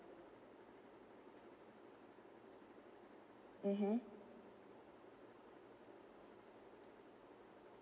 mmhmm